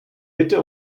bitte